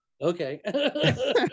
okay